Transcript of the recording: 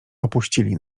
opuścili